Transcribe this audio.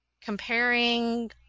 comparing